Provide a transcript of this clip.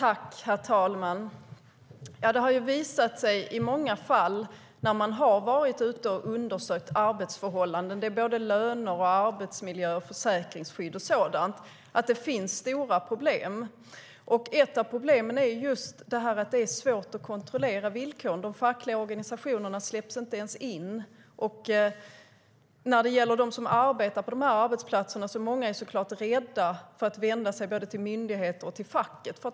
Herr talman! Det har visat sig i många fall när man har varit ute och undersökt arbetsförhållanden - löner, arbetsmiljö, försäkringsskydd och sådant - att det finns stora problem. Ett av problemen är att det är svårt att kontrollera villkoren. De fackliga organisationerna släpps inte ens in. Många som arbetar på sådana arbetsplatser är såklart rädda att vända sig till myndigheter eller facket.